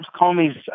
Comey's